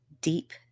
deep